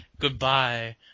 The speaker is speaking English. Goodbye